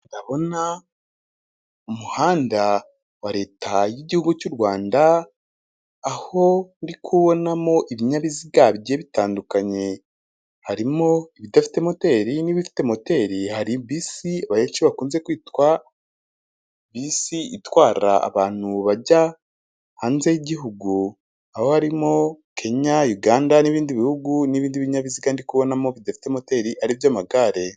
Ndabona umuhanda wa leta y'igihugu cy'u Rwanda aho uri kubonamo ibinyabiziga bi bitandukanye harimo ibidafite moteri n'ibifite moteri hari bisi bakunze kwitwa bisi itwara abantu bajya hanze y'igihugu aho harimo kenya, uganda, n'ibindi bihugu n'ibindi binyabiziga ndi kubonamo bidafite moteri ariby'amagare.